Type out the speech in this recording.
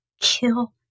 kill